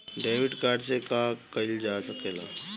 Debit card से का का कइल जा सके ला?